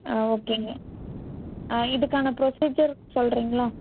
ஆ ஓகேங்க இதுக்கான ப்ரொஸீஜர் சொல்கிறிங்களா